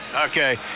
Okay